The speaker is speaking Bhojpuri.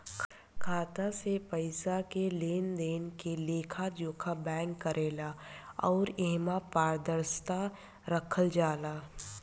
खाता से पइसा के लेनदेन के लेखा जोखा बैंक करेले अउर एमे पारदर्शिता राखल जाला